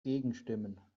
gegenstimmen